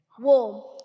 warm